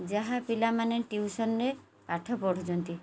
ଯାହା ପିଲାମାନେ ଟିଉସନ୍ରେ ପାଠ ପଢ଼ୁଛନ୍ତି